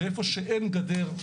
ואיפה שאין גדר,